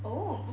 oh